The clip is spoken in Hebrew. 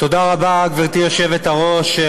תודה רבה, גברתי היושבת-ראש.